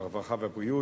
הרווחה והבריאות.